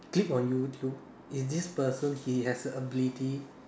clip on YouTube is this person he has the ability